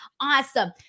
awesome